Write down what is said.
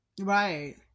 Right